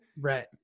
Right